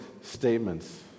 statements